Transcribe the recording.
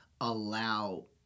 allow